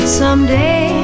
someday